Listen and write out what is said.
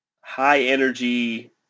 high-energy